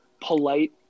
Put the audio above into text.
polite